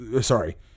sorry